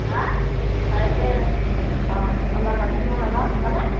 হাঁ তাতে অঁ ওলাবা তুমিও ওলাবা সোনকালে